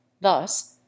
Thus